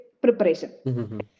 preparation